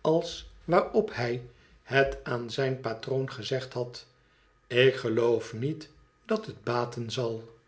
als waarop hij het aan zijn patroon gezegd had ik geloof niet dat het bated zal